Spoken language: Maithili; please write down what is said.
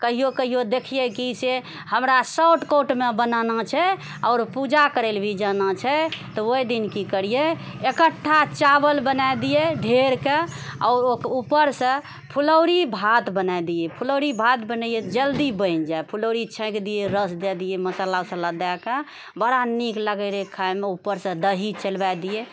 कहिओ कहिओ देखियै कि से हमरा शॉर्टकटमे बनाना छै आओर पूजा करयले भी जाना छै तऽ ओहि दिन कि करियै इकठ्ठा चावल बनाइ दियै ढ़ेरके आओर उपरसँ फुलौरि भात बनाइ दियै फुलौरि भात बनेइयै तऽ जल्दी बनि जाइ फुलौरि छौंकि दियै रस दय दियै मसाला वस्सला दइके बड़ा निक लागैत रहय खाइमे उपरसँ दही चलबाय दियै